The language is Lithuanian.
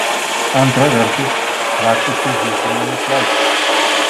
antra vertus praktiškai zuika yra našlaitis